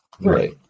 Right